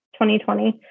2020